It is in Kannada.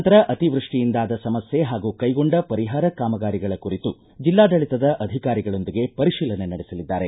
ನಂತರ ಅತಿವೃಷ್ಟಿಯಿಂದಾದ ಸಮಸ್ಯೆ ಹಾಗೂ ಕೈಗೊಂಡ ಪರಿಹಾರ ಕಾಮಗಾರಿಗಳ ಕುರಿತು ಜಿಲ್ಲಾಡಳಿತದ ಅಧಿಕಾರಿಗಳೊಂದಿಗೆ ಪರಿಶೀಲನೆ ನಡೆಸಲಿದ್ದಾರೆ